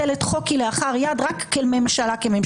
אם את קוראת לדבר הזה מהפכה משטרית ומבחינתך אי אפשר לדבר על כלום,